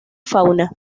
fauna